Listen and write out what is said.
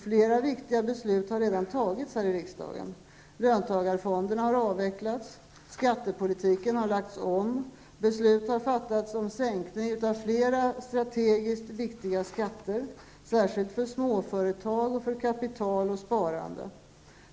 Flera viktiga beslut har redan fattats här i riksdagen. Löntagarfonderna har avvecklats, skattepolitiken har lagts om och beslut har fattats om sänkning av flera strategiskt riktiga skatter, särskilt för småföretag samt för kapital och sparande.